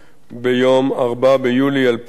ביום 4 ביולי 2012,